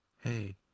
Hey